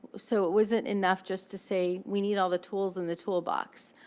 so it wasn't enough just to say, we need all the tools in the toolbox,